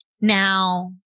Now